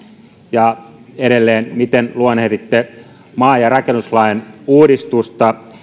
ja edelleen miten luonnehditte maankäyttö ja rakennuslain uudistusta